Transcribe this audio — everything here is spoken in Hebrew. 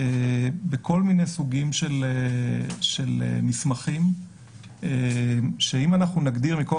בכל מיני סוגים של מסמכים שאם אנחנו נגדיר מכוח